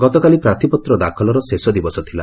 ଗତକାଲି ପ୍ରାର୍ଥୀପତ୍ର ଦାଖଲର ଶେଷ ଦିବସ ଥିଲା